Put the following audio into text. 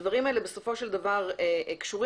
הדברים האלה בסופו של דבר קשורים.